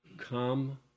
Come